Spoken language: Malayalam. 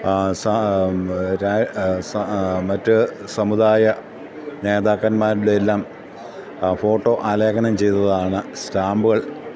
മറ്റ് സമുദായ നേതാക്കന്മാരുടെയെല്ലാം ഫോട്ടോ ആലേഖനം ചെയ്തതാണ് സ്റ്റാമ്പുകൾ